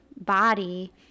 body